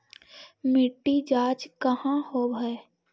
मिट्टी जाँच कहाँ होव है?